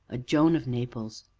a joan of naples,